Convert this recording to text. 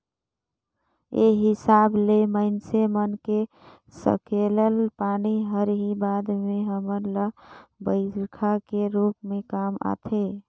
ए हिसाब ले माइनसे मन के सकेलल पानी हर ही बाद में हमन ल बईरखा के रूप में काम आथे